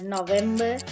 November